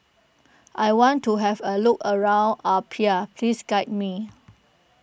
I want to have a look around Apia please guide me